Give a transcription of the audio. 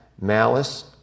malice